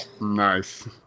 Nice